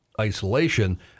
isolation